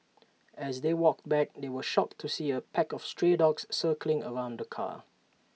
as they walked back they were shocked to see A pack of stray dogs circling around the car